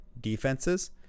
defenses